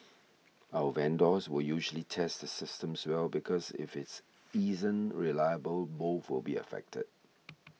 our vendors will usually test the systems well because if it isn't reliable both will be affected